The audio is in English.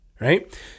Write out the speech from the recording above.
right